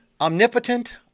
omnipotent